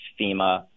FEMA